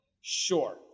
Sure